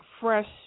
fresh